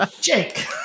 Jake